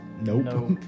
Nope